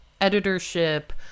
editorship